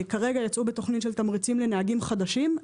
כרגע יצאו בתוכנית של תמריצים לנהגים חדשים.